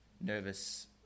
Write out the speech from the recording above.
nervous